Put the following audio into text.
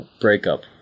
breakup